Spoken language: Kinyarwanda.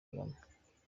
kagame